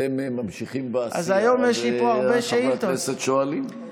אתם ממשיכים בעשייה וחברי הכנסת שואלים.